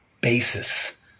basis